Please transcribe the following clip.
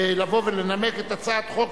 בבקשה, חבר